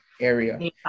area